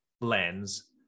lens